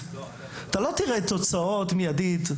אתה לא תראה תוצאות מיידיות,